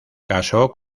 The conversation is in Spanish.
casó